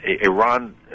iran